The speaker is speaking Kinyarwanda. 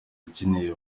akeneye